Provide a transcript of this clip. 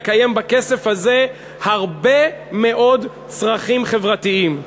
למלא בכסף הזה הרבה מאוד צרכים חברתיים,